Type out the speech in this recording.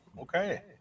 okay